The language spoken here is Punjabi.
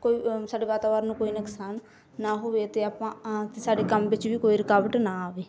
ਕੋਈ ਸਾਡੇ ਵਾਤਾਵਰਨ ਨੂੰ ਕੋਈ ਨਕਸਾਨ ਨਾ ਹੋਵੇ ਅਤੇ ਆਪਾਂ ਅਤੇ ਸਾਡੇ ਕੰਮ ਵਿੱਚ ਵੀ ਕੋਈ ਰੁਕਾਵਟ ਨਾ ਆਵੇ